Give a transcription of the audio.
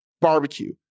barbecue